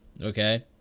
okay